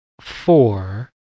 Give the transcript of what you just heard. four